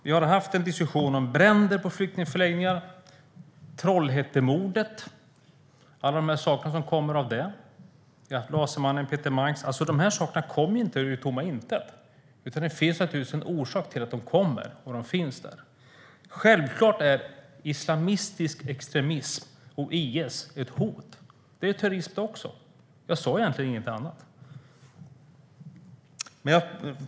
Vi har haft en diskussion om bränder på flyktingförläggningar, Trollhättemordet och alla saker som kommer av det. Vi har haft Lasermannen och Peter Mangs. De här sakerna kommer inte ur tomma intet, utan det finns naturligtvis en orsak till att de kommer och finns där. Självklart är islamistisk extremism och IS ett hot. Det är också terrorism. Jag sa egentligen inget annat.